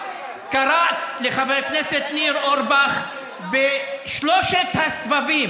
קראת לחבר הכנסת ניר אורבך בשלושת הסבבים,